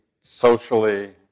socially